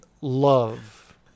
love